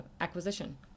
acquisition